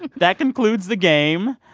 that concludes the game.